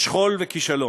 בשכול וכישלון.